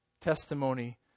testimony